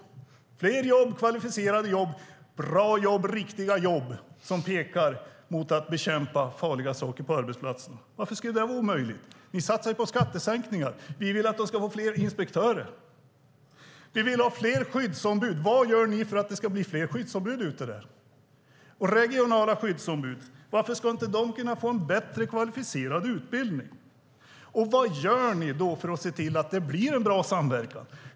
Det ska vara fler jobb som är kvalificerade, bra och riktiga jobb, för att man ska bekämpa farliga saker på arbetsplatserna. Varför skulle det vara omöjligt? Ni satsar på skattesänkningar. Vi vill att det ska bli fler inspektörer. Vi vill ha fler skyddsombud. Vad gör ni för att det ska bli fler skyddsombud? Och varför ska inte de regionala skyddsombuden få en bättre och kvalificerad utbildning? Vad gör ni för att se till att det blir en bra samverkan?